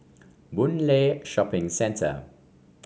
Boon Lay Shopping Centre